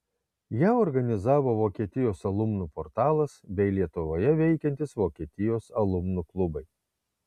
ją organizavo vokietijos alumnų portalas bei lietuvoje veikiantys vokietijos alumnų klubai